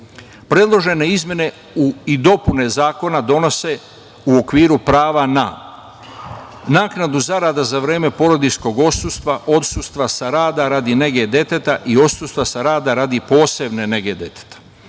decom. Predložene izmene i dopune zakona donose u okviru prava na naknadu zarada za vreme porodiljskog odsustva, odsustva sa rada radi nege deteta i odsustva sa rada radi posebne nege deteta,